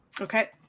Okay